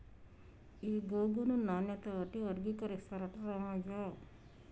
ఈ గోగును నాణ్యత బట్టి వర్గీకరిస్తారట రామయ్య